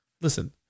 Listen